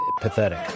Pathetic